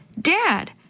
Dad